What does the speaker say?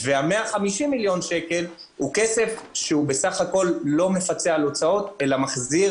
ו-150 מיליון השקלים הם כסף שלא מיועד לפיצוי על הוצאות אלא מחזיר